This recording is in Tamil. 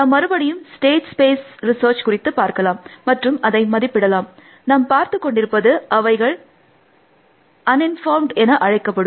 நாம் மறுபடியும் ஸ்டேட் ஸ்பேஸ் ரிசர்ச் குறித்தது பார்க்கலாம் மற்றும் அதை மதிப்பிடலாம் நாம் பார்த்தது கொண்டிருப்பது அவைகள் அன்இன்ஃபார்ம்ட் என அழைக்கப்படும்